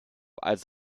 als